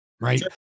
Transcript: right